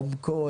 עומקו,